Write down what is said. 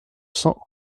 cent